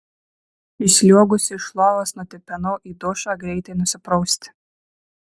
išsliuogusi iš lovos nutipenau į dušą greitai nusiprausti